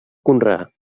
conrear